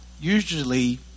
usually